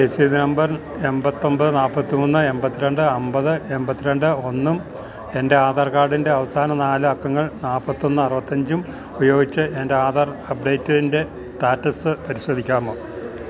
രസീത് നമ്പർ എൺപത്തൊൻപത് നാൽപ്പത്തിമൂന്ന് എൺപത്തിരണ്ട് അമ്പത് എൺപത്തിരണ്ട് ഒന്നും എൻ്റെ ആധാർ കാർഡിൻ്റെ അവസാന നാല് അക്കങ്ങൾ നാൽപ്പത്തൊന്ന് അറുപത്തഞ്ചും ഉപയോഗിച്ച് എൻ്റെ ആധാർ അപ്ഡേറ്റിൻ്റെ സ്റ്റാറ്റസ് പരിശോധിക്കാമോ